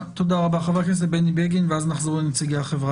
מר גולן ענתבי מארגון יוזמה